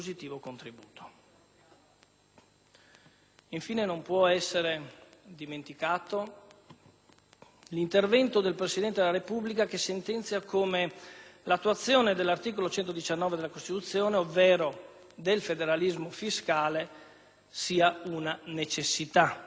Infine, non può essere dimenticato l'intervento del Presidente della Repubblica che sentenzia come l'attuazione dell'articolo 119 della Costituzione, ovvero del federalismo fiscale, sia una necessità. Colleghi,